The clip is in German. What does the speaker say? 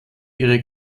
ihre